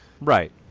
right